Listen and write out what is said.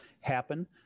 happen